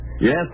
Yes